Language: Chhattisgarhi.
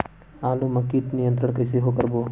आलू मा कीट नियंत्रण कइसे करबो?